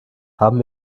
haben